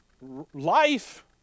life